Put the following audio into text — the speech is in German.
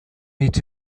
mit